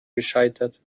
gescheitert